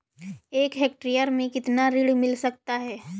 एक हेक्टेयर में कितना ऋण मिल सकता है?